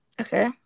Okay